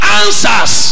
answers